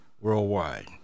worldwide